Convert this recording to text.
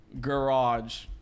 Garage